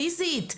מבחינה פיזית,